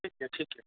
ठीक अय ठीक अय